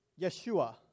Yeshua